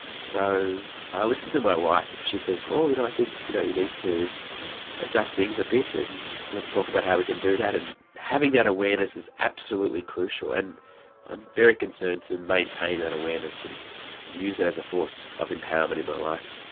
so i listen to my wife if she says oh you know i think you know you need to adjust things a bit and let's talk about how we can do that and having that awareness is absolutely crucial and i'm very concerned to maintain that awareness and use that as a force of empowerment in my life.